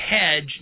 hedge